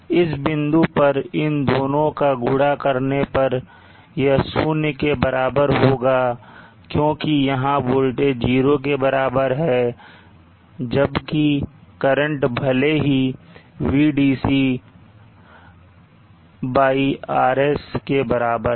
इस बिंदु पर इन दोनों का गुणा करने पर यह शून्य के बराबर होगा क्योंकि यहां वोल्टेज 0 के बराबर है जबकि करंट भले ही VdcRS के बराबर है